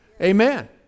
amen